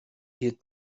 hielt